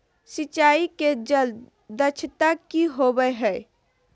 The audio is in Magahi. सिंचाई के जल दक्षता कि होवय हैय?